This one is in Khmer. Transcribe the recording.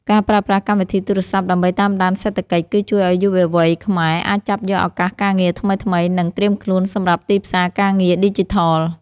ការប្រើប្រាស់កម្មវិធីទូរសព្ទដើម្បីតាមដានសេដ្ឋកិច្ច គឺ ជួយឱ្យយុវវ័យខ្មែរអាចចាប់យកឱកាសការងារថ្មីៗ និង ត្រៀមខ្លួនសម្រាប់ទីផ្សារការងារឌីជីថល។